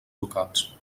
locals